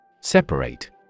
Separate